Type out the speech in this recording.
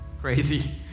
crazy